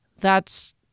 That's